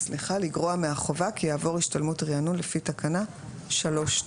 לגרוע מהחובה כי יעבור השתלמות ריענון לפי תקנה 3(2)."